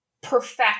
perfect